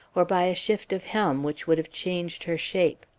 or by a shift of helm which would have changed her shape.